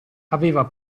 aveva